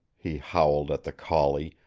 he howled at the collie,